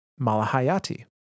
Malahayati